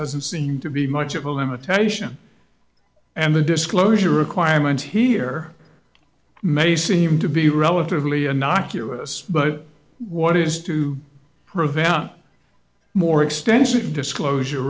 doesn't seem to be much of a limitation and the disclosure requirements here may seem to be relatively innocuous but what is to prevent more extensive disclosure